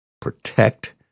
Protect